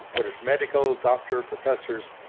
but it's medical doctor professors,